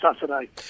Saturday